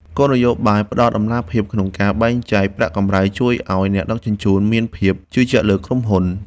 គោលនយោបាយផ្ដល់តម្លាភាពក្នុងការបែងចែកប្រាក់កម្រៃជួយឱ្យអ្នកដឹកជញ្ជូនមានភាពជឿជាក់លើក្រុមហ៊ុន។